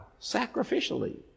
sacrificially